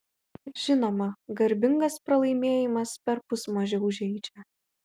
žinoma garbingas pralaimėjimas perpus mažiau žeidžia